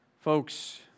Folks